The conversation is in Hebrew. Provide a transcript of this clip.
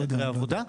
מהגרי עבודה.